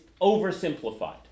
oversimplified